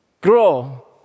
grow